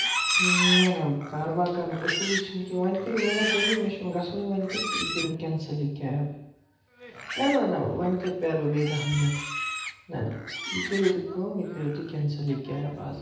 نہ نہ کاربار کرنُک اصوٗلٕے چھنہٕ کیٚنٛہہ وۄنۍ کٔرِو مہربٲنی مےٚ چھُنہٕ گژھنُے وۄنۍ کیُتھ یہِ کٔرِو کینسلٕے کیب نہ نہ نہ وۄنۍ کَتہِ پیرٕ بہٕ بیٚیہِ دہ مِنٹ نہ نہ یہِ کٔرِو تُہۍ کٲم یہِ کٔرِو تُہۍ کینسَل یہِ کیب آز